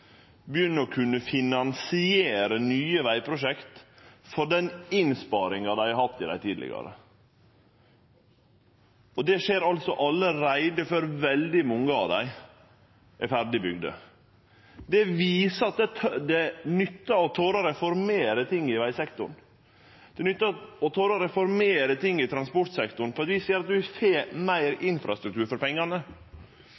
å kunne finansiere nye vegprosjekt for den innsparinga dei har hatt i dei tidlegare. Det skjer allereie før veldig mange av dei er ferdig bygde. Det viser at det nyttar å tore å reformere ting i vegsektoren. Det nyttar å tore å reformere ting i transportsektoren, for vi ser at vi får meir